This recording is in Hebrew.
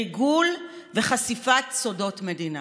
ריגול וחשיפת סודות מדינה.